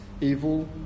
evil